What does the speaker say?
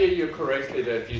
you correctly, that